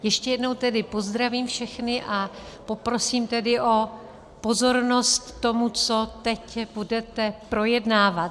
Ještě jednou tedy pozdravím všechny a poprosím tedy o pozornost tomu, co teď budete projednávat.